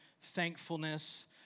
thankfulness